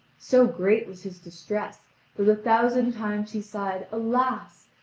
so great was his distress that a thousand times he sighed alas!